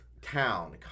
Town